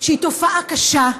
שהיא תופעה קשה,